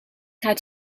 had